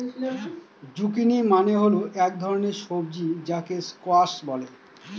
zucchini মানে হল এক ধরনের সবজি যাকে স্কোয়াশ বলে